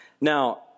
Now